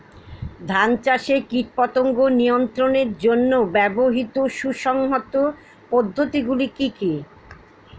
ধান চাষে কীটপতঙ্গ নিয়ন্ত্রণের জন্য ব্যবহৃত সুসংহত পদ্ধতিগুলি কি কি?